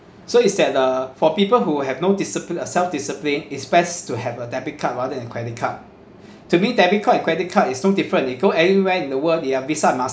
so is that uh for people who have no discipli~ uh self discipline is best to have a debit card rather than credit card to me debit card and credit card is no different you go anywhere in the world there are Visa master